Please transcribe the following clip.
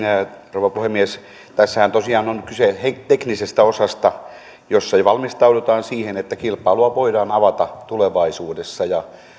rouva puhemies tässähän tosiaan on kyse teknisestä osasta jossa jo valmistaudutaan siihen että kilpailua voidaan avata tulevaisuudessa